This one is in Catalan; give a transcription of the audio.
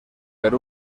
per